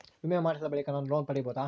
ವಿಮೆ ಮಾಡಿಸಿದ ಬಳಿಕ ನಾನು ಲೋನ್ ಪಡೆಯಬಹುದಾ?